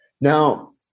now